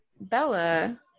Bella